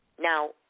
Now